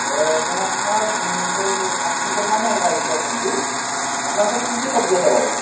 মোৰ আপোনাৰ কুইণ্টেল পাঁচ কুইণ্টেলমানেই লাগিছিলে চব্জি আপোনাৰ তাত কি কি চব্জি আছে বাৰু